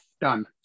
done